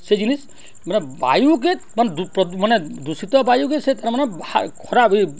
ସେ ଜିନିଷ ମାନେ ବାୟୁ କେ ମାନେ ମାନେ ଦୂଷିତ ବାୟୁକେ ସେ ତା'ମାନେ ଖରାପ୍ ଇ